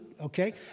Okay